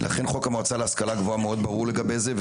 לכן חוק המועצה להשכלה גבוהה ברור מאוד לגבי זה,